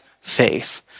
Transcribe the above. faith